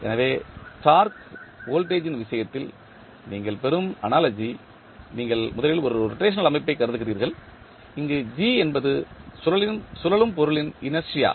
எனவே torque voltage ன் விஷயத்தில் நீங்கள் பெறும் அனாலஜி நீங்கள் முதலில் ஒரு ரொட்டேஷனல் அமைப்பை கருதுகிறீர்கள் இங்கு g என்பது சுழலும் பொருளின் இனர்ஷியா